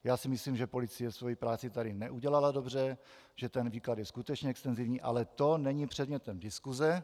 Já si myslím, že policie svoji práci tady neudělala dobře, že ten výklad je skutečně extenzivní, ale to není předmětem diskuse.